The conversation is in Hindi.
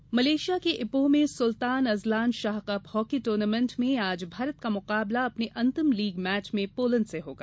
हॉकी मलेशिया के इपोह में Sultan Azlan Shah cup hockey tournament में आज भारत का मुकाबला अपने अंतिम लीग मैच में पोलैंड से होगा